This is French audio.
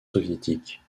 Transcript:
soviétique